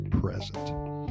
present